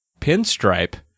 Pinstripe